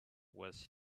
was